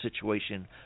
situation